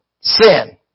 sin